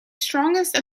strongest